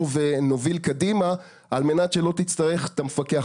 ונוביל קדימה על מנת שלא תצטרך את המפקח.